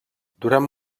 durant